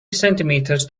centimeters